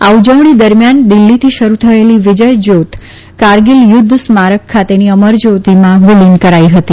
આ ઉજવણી દરમિયાન દિલ્હીથી શરૂ થયેલી વિજય જયોત કારગીલ યુધ્ધ સ્મારક ખાતેની અમરજયોતીમાં વિલિન કરાઈ હતી